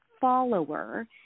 follower –